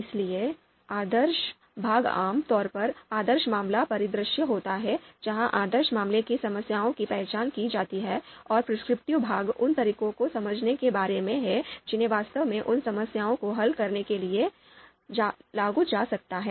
इसलिए आदर्श भाग आम तौर पर आदर्श मामला परिदृश्य होता है जहां आदर्श मामले की समस्याओं की पहचान की जाती है और prescriptive भाग उन तरीकों को समझने के बारे में है जिन्हें वास्तव में उन समस्याओं को हल करने के लिए लागू किया जा सकता है